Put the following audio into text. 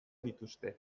dituzte